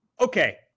Okay